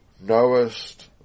knowest